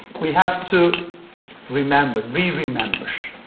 we have to remember, re-remember,